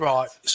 Right